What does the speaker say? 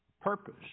purpose